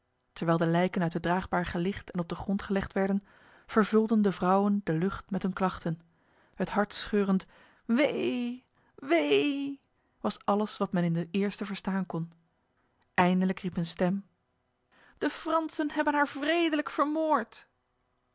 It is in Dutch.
terwijl de lijken uit de draagbaar gelicht en op de grond gelegd werden vervulden de vrouwen de lucht met hun klachten het hartscheurend wee wee was alles wat men in den eerste verstaan kon eindelijk riep een stem de fransen hebben haar wredelijk vermoord